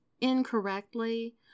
incorrectly